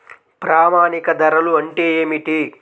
ప్రామాణిక ధరలు అంటే ఏమిటీ?